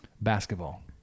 basketball